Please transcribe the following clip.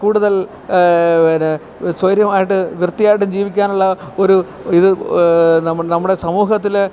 കൂടുതൽ പിന്നെ സ്വയിര്യമായിട്ട് വൃത്തിയായിട്ട് ജീവിക്കാനുള്ള ഒരു ഇത് നമ്മുടെ സമൂഹത്തില്